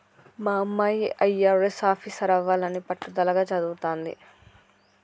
మా అమ్మాయి అయ్యారెస్ ఆఫీసరవ్వాలని పట్టుదలగా చదవతాంది